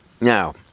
Now